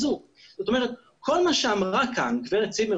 במקום ציבורי וטענות שאנחנו שמענו ועדיין